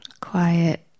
quiet